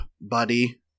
buddy